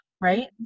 right